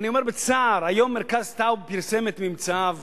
אני רואה בצער, היום מרכז טאוב פרסם את ממצאיו,